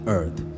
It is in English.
Earth